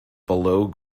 below